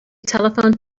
telephoned